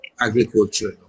agriculture